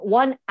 one